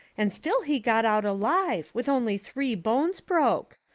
and still he got out alive, with only three bones broke.